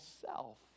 self